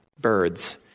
birds